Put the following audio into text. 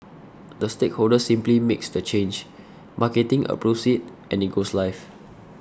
the stakeholder simply makes the change and it goes life